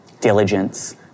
Diligence